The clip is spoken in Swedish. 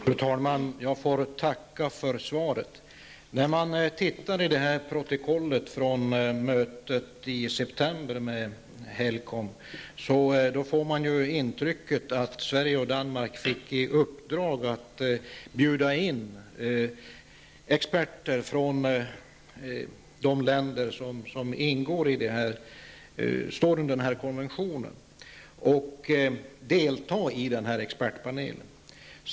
Fru talman! Jag får tacka för svaret. När man tittar i protokollet från mötet inom Helcom i september får man intrycket att Sverige och Danmark fick i uppdrag att bjuda in experter från de länder som följer konventionen att delta i expertpanelen.